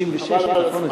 חבל על הזמן.